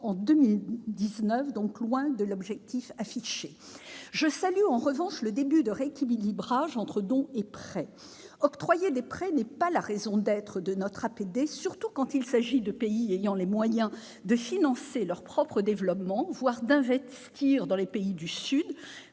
en 2019, loin de l'objectif affiché. Je salue en revanche le début de rééquilibrage entre dons et prêts. Octroyer des prêts n'est pas la raison d'être de notre APD, surtout quand il s'agit de pays ayant les moyens de financer leur propre développement, voire d'investir dans les pays du Sud,